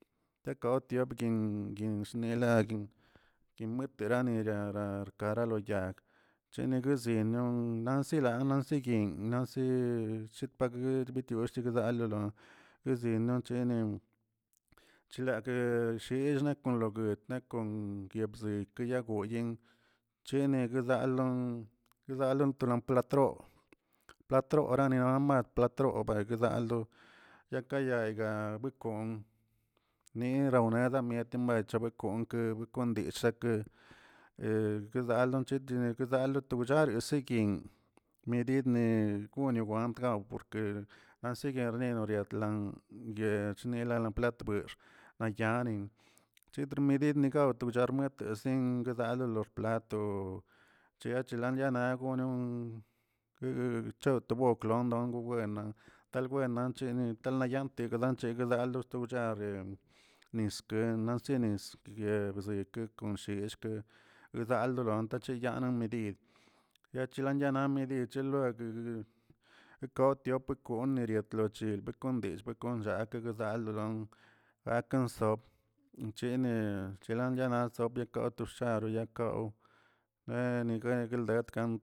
Kekot tiopkin guin shnela guin guimueteranega ra rkara loyag chene guezenlioꞌ nansinalasi lasi yinꞌ nansiꞌ sopagueꞌ itiushe bagdaa balolon yizino chenen chlague shizna konloguetna kon pyebze konyagoyen chene guedalo guedanlo konpatro patroꞌramag patroꞌ parake dal lo ya kayayga wikon nirawneda mietamech yatimache ebekoo aunque kon dillka keꞌ he gdalo chiti he gdalo to choreseken mididni gono twantgao porke ansiguenero rartla yechnila la platweꞌ na yanen chetrw medid nigawch togarm tesin gdalen lo xplato cheachenelan chow te booklo dongo wenna' talwenan nchini talayanti tanchegdalalo wchare niske nansi gzekeꞌ kon blleyillke gdal dolon tacheyanan medid yachala yanan medid chelueg ekoowtiop koneritlochi pekondillꞌbi llakezalolon akan sop chene chelan yanan sop atoxaroyaka peni yeniguetlka.